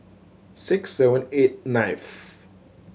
six seven eight ninth